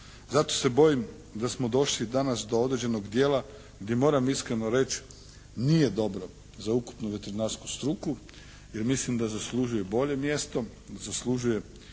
Zato se bojim da smo došli danas do određenog dijela gdje moram iskreno reći nije dobro za ukupnu veterinarsku struku jer mislim da zaslužuje bolje mjesto, zaslužuje